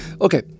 Okay